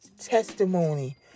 testimony